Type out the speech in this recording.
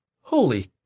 Holy